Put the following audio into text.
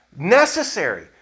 necessary